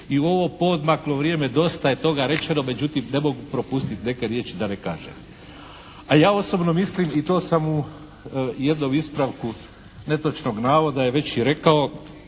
i u ovo poodmaklo vrijeme dosta je toga rečeno međutim ne mogu propustiti neke riječi da ne kažem. A ja osobno mislim i to sam u jednom ispravku netočnog navoda već i rekao